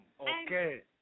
okay